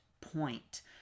point